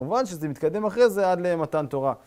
מובן שזה מתקדם אחרי זה עד למתן תורה.